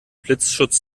blitzschutz